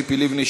ציפי לבני,